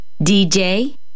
DJ